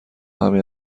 همین